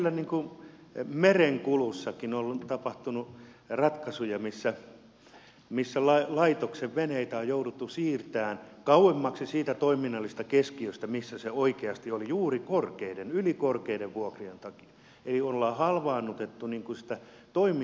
kyllä meillä merenkulussakin on tapahtunut ratkaisuja missä laitoksen veneitä on jouduttu siirtämään kauemmaksi siitä toiminnallisesta keskiöstä missä se oikeasti oli juuri korkeiden ylikorkeiden vuokrien takia eli ollaan halvaannutettu sitä toiminnallista järkevyyttä